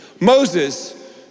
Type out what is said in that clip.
Moses